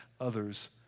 others